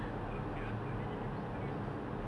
theme park that [one] got the universal studios singapore